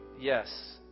yes